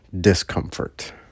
discomfort